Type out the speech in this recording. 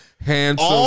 handsome